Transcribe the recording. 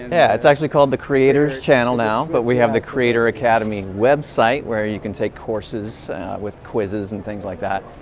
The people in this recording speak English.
yeah, it's actually called the creators channel now, but we have the creator academy website where you can take courses with quizzes and things like that,